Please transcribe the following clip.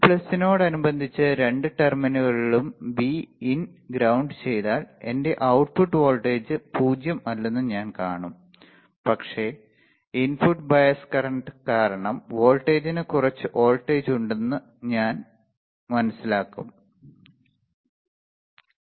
Vനോടനുബന്ധിച്ച് രണ്ട് ടെർമിനലുകളും Vin ground ചെയ്താൽ എന്റെ output വോൾട്ടേജ് 0 അല്ലെന്ന് ഞാൻ കാണും പക്ഷേ ഇൻപുട്ട് ബയസ് കറന്റ് കാരണം വോൾട്ടേജിന് കുറച്ച് വോൾട്ടേജ് ഉണ്ടെന്ന് ഞാൻ മനസ്സിലാക്കും